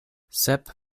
sep